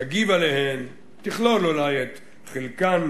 תגיב עליהן, תכלול אולי את חלקן.